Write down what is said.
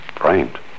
Framed